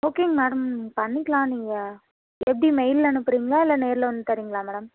ஓகேங்க மேடம் பண்ணிக்கலாம் நீங்கள் எப்படி மெயிலில் அனுப்புறீங்களா இல்லை நேரில் வந்து தரீங்களா மேடம்